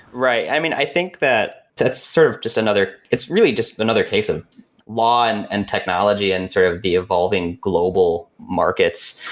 right. i mean, i think that that served just another it's really just another case of law and and technology and sort of the evolving global markets.